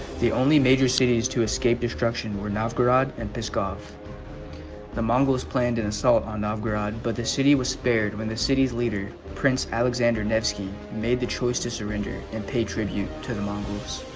the only major cities to escape destruction were novgorod and peskov the mongols planned an assault on novgorod but the city was spared when the city's leader prince alexander nevsky made the choice to surrender and pay tribute to the mongoose